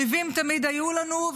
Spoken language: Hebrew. אויבים תמיד היו לנו,